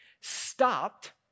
stopped